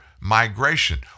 migration